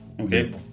okay